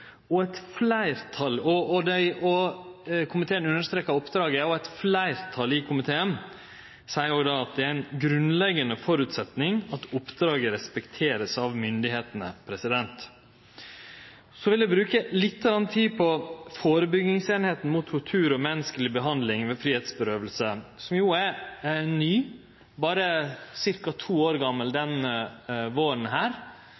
og eit fleirtal i komiteen seier at det er ein grunnleggjande føresetnad at oppdraget vert respektert av myndigheitene. Så vil eg bruke litt tid på førebyggingseininga mot tortur og umenneskeleg behandling ved fridomskrenking, som jo er ny – berre ca. to år